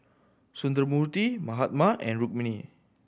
Sundramoorthy Mahatma and Rukmini